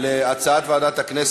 נא להצביע.